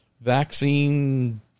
vaccine